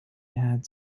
had